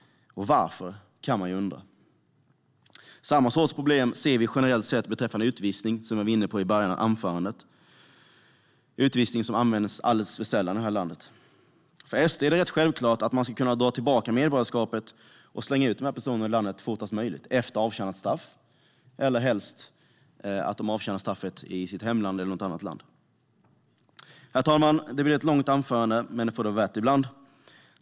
Varför, kan man undra? Samma sorts problem ser vi generellt sett beträffande utvisning, som jag var inne på i början av anförandet. Utvisning används alldeles för sällan i detta land. För SD är det rätt självklart att man ska kunna dra tillbaka medborgarskapet och slänga ut dessa personer ur landet fortast möjligt efter avtjänat straff, och helst att de avtjänar straffet i sitt hemland eller något annat land. Herr talman! Det blev ett långt anförande, men det får det vara värt ibland.